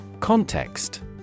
Context